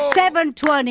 720